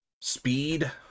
speed